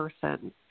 person